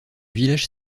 village